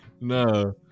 No